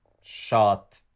shot